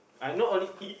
I not only eat